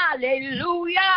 Hallelujah